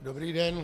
Dobrý den.